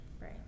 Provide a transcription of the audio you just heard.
right